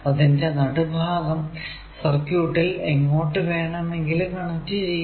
അതിന്റെ നടു ഭാഗം സർക്യൂട്ടിൽ എങ്ങോട്ടു വേണമെങ്കിലും കണക്ട് ചെയ്യാം